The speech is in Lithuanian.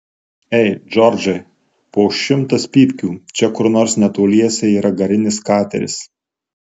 ei džordžai po šimtas pypkių čia kur nors netoliese yra garinis kateris